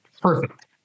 perfect